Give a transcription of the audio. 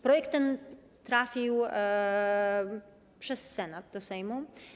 Projekt ten trafił przez Senat do Sejmu.